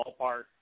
ballpark